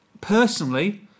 personally